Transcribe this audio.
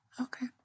Okay